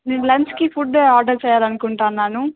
నేను లంచ్కి food order చేయాలని అనుకుంటున్నాను